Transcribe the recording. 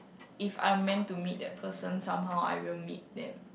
if I'm meant to meet that person somehow I will meet them